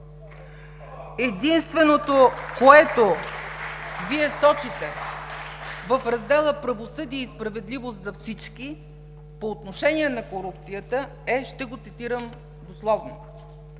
Единственото, което Вие сочите в раздела „Правосъдие и справедливост за всички“ по отношение на корупцията е, ще го цитирам дословно: